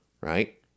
right